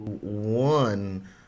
one